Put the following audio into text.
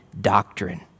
doctrine